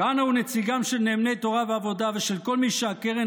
כהנא הוא נציגם של נאמני תורה ועבודה ושל כל מי שהקרן